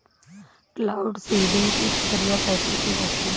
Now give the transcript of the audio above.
Cloud seeding की प्रक्रिया कैसे की जाती है?